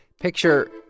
picture